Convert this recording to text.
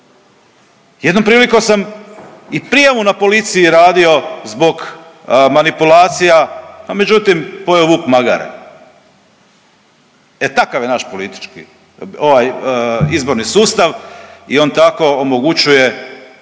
Jednom prilikom sam i prijavu na policiji radio zbog manipulacija, a međutim, pojeo vuk magare. E takav je naš politički, ovaj, izborni sustav i on tako omogućuje